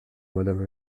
madame